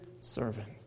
servant